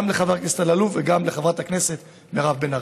גם לחבר הכנסת אלאלוף וגם לחברת הכנסת מירב בן ארי.